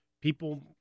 people